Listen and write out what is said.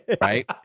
right